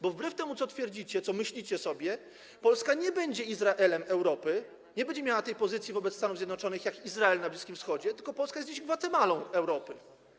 Bo wbrew temu, co twierdzicie, co myślicie sobie, Polska nie będzie Izraelem Europy - nie będzie miała takiej pozycji wobec Stanów Zjednoczonych jak Izrael na Bliskim Wschodzie - tylko Polska jest dziś Gwatemalą Europy.